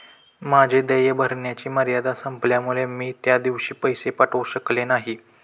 माझे देय भरण्याची मर्यादा संपल्यामुळे मी त्या दिवशी पैसे पाठवू शकले नाही